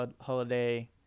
holiday